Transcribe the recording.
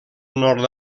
nord